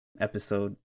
episode